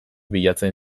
bilatzen